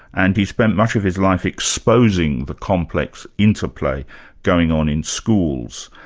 and he spent much of his life exposing the complex interplay going on in schools,